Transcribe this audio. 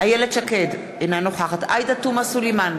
איילת שקד, אינה נוכחת עאידה תומא סלימאן,